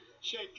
Shake